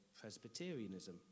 Presbyterianism